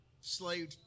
slave